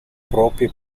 proprie